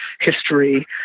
history